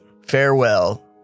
Farewell